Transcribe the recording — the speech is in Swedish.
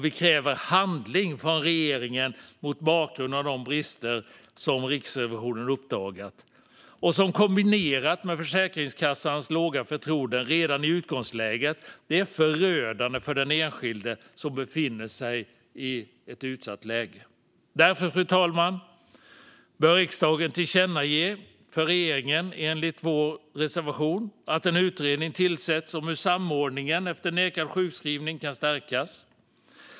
Vi kräver handling från regeringen mot bakgrund av de brister som Riksrevisionen uppdagat och som kombinerat med Försäkringskassans låga förtroende redan i utgångsläget är förödande för den enskilde som befinner sig i ett utsatt läge. Därför, fru talman, bör riksdagen i enlighet med vår reservation tillkännage för regeringen att en utredning ska tillsättas om hur samordningen efter nekad sjukskrivning kan stärkas.